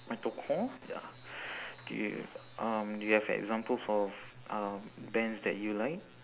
metalcore ya do you um do you have examples of uh bands that you like